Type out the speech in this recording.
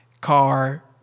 car